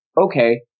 okay